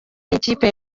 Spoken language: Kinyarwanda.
n’ikipe